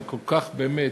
באמת,